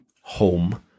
home